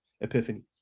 Epiphany